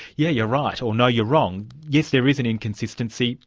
yeah, you're right or no, you're wrong. yes, there is an inconsistency,